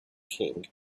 king